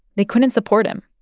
they couldn't support him.